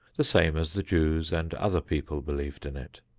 the same as the jews and other peoples believed in it.